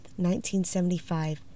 1975